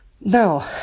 now